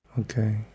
Okay